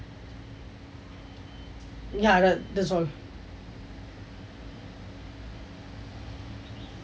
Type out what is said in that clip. ya that that's all